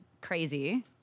crazy